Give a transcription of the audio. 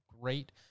great